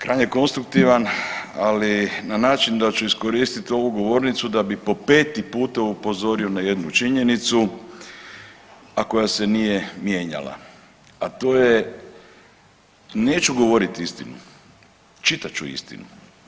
Krajnje konstruktivan ali na način da ću iskoristiti ovu govornicu da bi po peti puta upozorio na jednu činjenicu a koja se nije mijenjala a to je neću govoriti istinu, čitat ću istinu.